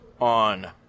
on